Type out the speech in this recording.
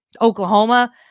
Oklahoma